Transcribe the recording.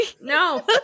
No